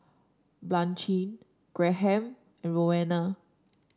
Blanchie Graham and Roena